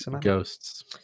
ghosts